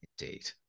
Indeed